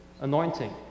anointing